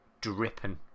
dripping